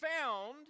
found